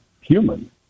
human